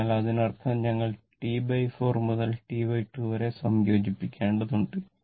അതിനാൽ അതിനർത്ഥം ഞങ്ങൾ T4 മുതൽ T2 വരെ സംയോജിപ്പിക്കേണ്ടതുണ്ട്